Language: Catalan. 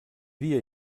dia